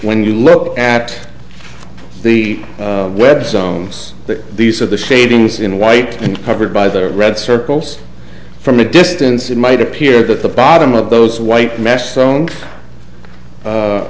when you look at the web site homes these are the shavings in white and covered by their red circles from a distance it might appear that the bottom of those white